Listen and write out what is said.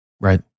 right